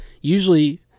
Usually